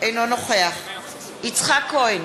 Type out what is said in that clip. אינו נוכח יצחק כהן,